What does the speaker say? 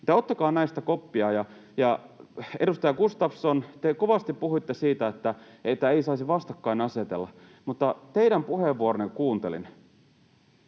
Ottakaa näistä koppia. Edustaja Gustafsson, te kovasti puhuitte siitä, että ei saisi vastakkainasetella, mutta teidän puheenvuoronne kun kuuntelin,